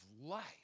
life